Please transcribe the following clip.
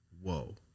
Whoa